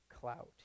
clout